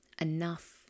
Enough